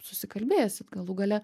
susikalbėsit galų gale